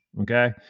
Okay